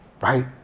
right